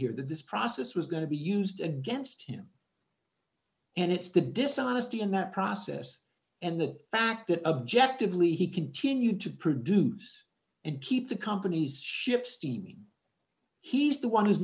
that this process was going to be used against him and it's the dishonesty in that process and the fact that objectively he continued to produce and keep the companies ship steaming he's the one who's